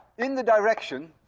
in the direction